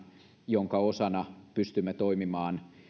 jonka osana pystymme toimimaan